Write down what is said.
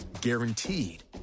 guaranteed